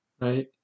right